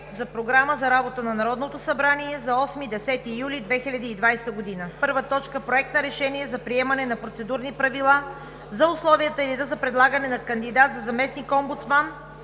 за програма на Народното събрание за 8 –10 юли 2020 г.: „1. Проект на решение за приемане на Процедурни правила за условията и реда за предлагане на кандидат за заместник-омбудсман,